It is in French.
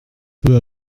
peu